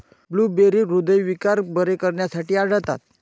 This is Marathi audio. ब्लूबेरी हृदयविकार बरे करण्यासाठी आढळतात